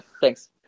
thanks